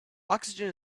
oxygen